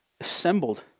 assembled